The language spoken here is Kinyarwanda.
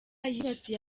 yibasiye